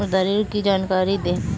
मुद्रा ऋण की जानकारी दें?